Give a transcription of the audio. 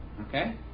okay